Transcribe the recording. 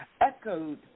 Echoed